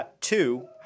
Two